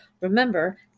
Remember